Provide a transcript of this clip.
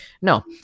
No